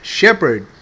shepherd